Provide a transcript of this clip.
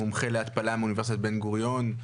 מומחה להתפלה מאוניברסיטת בן גוריון,